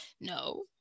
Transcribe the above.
no